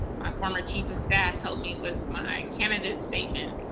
my former chief of staff helped me with my candidate's statement.